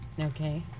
okay